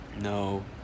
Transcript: No